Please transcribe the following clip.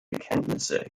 kenntnisse